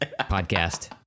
podcast